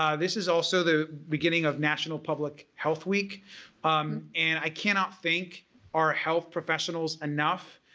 um this is also the beginning of national public health week um and i cannot thank our health professionals enough.